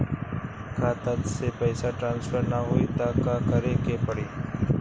खाता से पैसा ट्रासर्फर न होई त का करे के पड़ी?